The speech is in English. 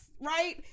right